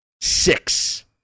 Six